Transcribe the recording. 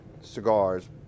cigars